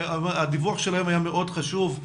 הדיווח של היום היה מאוד חשוב,